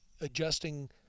adjusting –